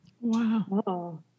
Wow